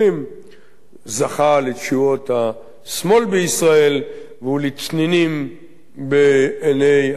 זכה לתשואות השמאל בישראל והיה לצנינים בעיני הימין בישראל,